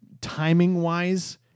timing-wise